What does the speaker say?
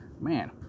man